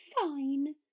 Fine